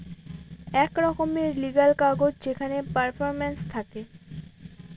এক রকমের লিগ্যাল কাগজ যেখানে পারফরম্যান্স থাকে